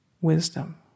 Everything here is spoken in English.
wisdom